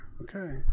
Okay